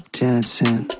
dancing